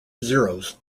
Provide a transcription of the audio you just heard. zeros